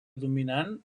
dominant